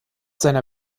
seiner